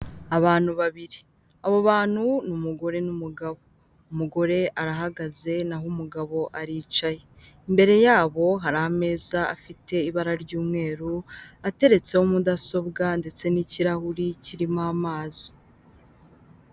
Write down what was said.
Abantu babiri. Abo bantu ni umugore n'umugabo, umugore arahagaze naho umugabo aricaye. Imbere yabo hari ameza afite ibara ry'umweru ateretseho mudasobwa ndetse n'ikirahuri kirimo amazi.